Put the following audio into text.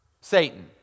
Satan